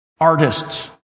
artists